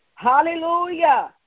Hallelujah